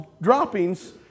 droppings